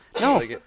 No